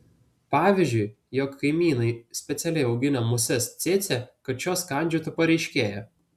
pavyzdžiui jog kaimynai specialiai augina muses cėcė kad šios kandžiotų pareiškėją